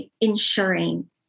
ensuring